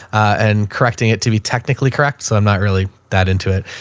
and correcting it to be technically correct. so i'm not really that into it.